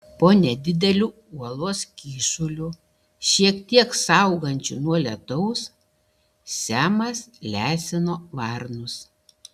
po nedideliu uolos kyšuliu šiek tiek saugančiu nuo lietaus semas lesino varnus